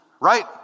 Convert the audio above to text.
right